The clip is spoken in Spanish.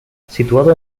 situado